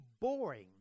boring